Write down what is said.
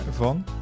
van